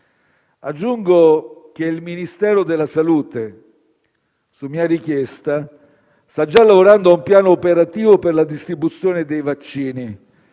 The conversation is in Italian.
Aggiungo che il Ministero della salute, su mia richiesta, sta già lavorando a un piano operativo per la distribuzione dei vaccini,